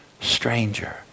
stranger